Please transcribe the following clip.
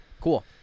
Cool